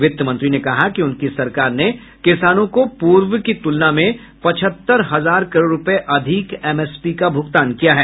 वित्त मंत्री ने कहा कि उनकी सरकार ने किसानों को पूर्व की तुलना में पचहत्तर हजार करोड़ रूपये अधिक एमएसपी का भूगतान किया है